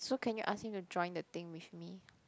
so can you ask him to join the thing with me